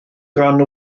gan